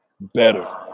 better